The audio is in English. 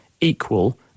equal